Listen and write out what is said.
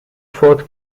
فوت